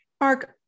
Mark